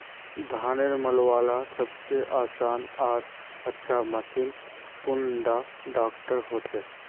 धानेर मलवार सबसे आसान आर अच्छा मशीन कुन डा होचए?